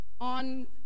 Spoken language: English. on